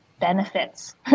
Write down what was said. benefits